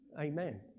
Amen